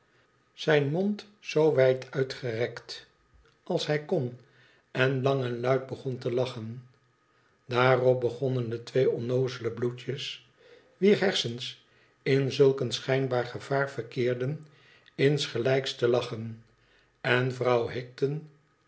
zijn mond zoo wijd uitrekte als hij kon en langen luid begon te lachen daarop begonnen de twee onnoozele bloedjes wier hersens in zdk een schijnbaar gevaar verkeerden insgelijks te lachen en vrouw higden